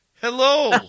hello